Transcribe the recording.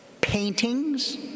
paintings